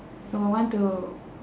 I would want to